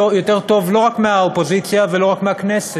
טוב לא רק מהאופוזיציה ולא רק מהכנסת,